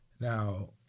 now